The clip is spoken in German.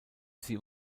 sie